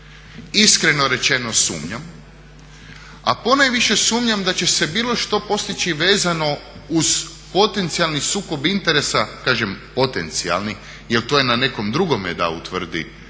Iskreno rečeno sumnjam, a ponajviše sumnjam da će se bilo što postići vezano uz potencijalni sukob interesa, kažem potencijalni jer to je na nekom drugome da utvrdi